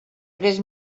tres